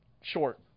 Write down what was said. short